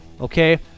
okay